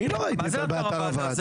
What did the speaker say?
אני לא ראיתי את זה באתר הוועדה,